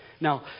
Now